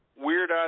weird